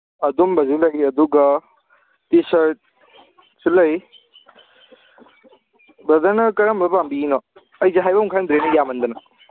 ꯑꯗꯨꯝꯕꯁꯨ ꯂꯩ ꯑꯗꯨꯒ ꯇꯤ ꯁꯔꯠꯁꯨ ꯂꯩ ꯕ꯭ꯔꯗꯔꯅ ꯀꯔꯝꯕ ꯄꯥꯝꯕꯤꯔꯤꯅꯣ ꯑꯩꯁꯦ ꯍꯥꯏꯕꯝ ꯈꯪꯗ꯭ꯔꯦꯅꯦ ꯌꯥꯝꯃꯟꯗꯅ